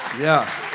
yeah